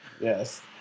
yes